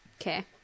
Okay